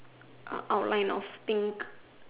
er outline of think